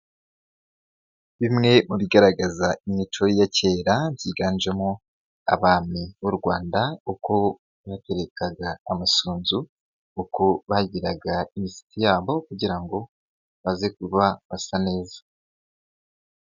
Bimwe mu bigaragaza imico ya kera byiganjemo abami b'u Rwanda, uko baterekaga amasunzu uko bagiraga imisaitsi yabo kugira ngo baze kuba basa neza.